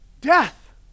Death